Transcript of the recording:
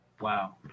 Wow